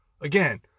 again